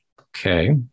Okay